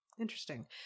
interesting